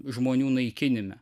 žmonių naikinime